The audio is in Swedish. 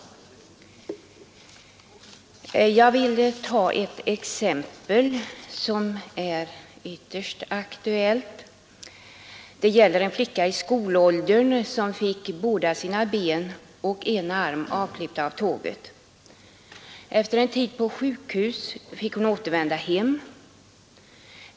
Jag vill ta ett exempel, som är ytterst aktuellt. Det gäller en flicka i skolåldern, som fick båda sina ben och en arm avklippta av tåget. Efter en tid på sjukhus fick hon återvända hem.